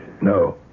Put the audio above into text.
No